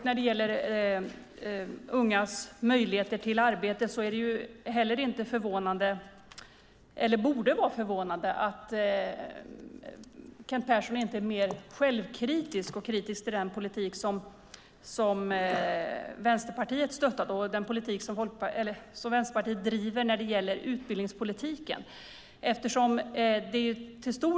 När det gäller ungas möjligheter till arbete är det förvånande att inte Kent Persson är mer självkritisk till den politik som Vänsterpartiet stöttat och som Vänsterpartiet driver när det gäller utbildningspolitiken.